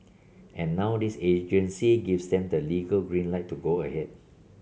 and now this agency gives them the legal green light to go ahead